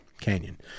Canyon